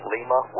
Lima